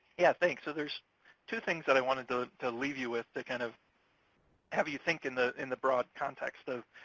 yeah, thanks, so there's two things that i wanted to to leave you with to kind of have you think in the in the broad context of